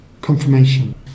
confirmation